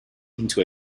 into